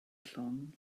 llon